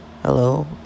Hello